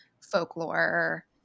folklore